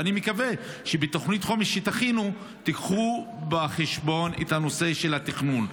ואני מקווה שבתוכנית החומש שתכינו תיקחו בחשבון את הנושא של התכנון.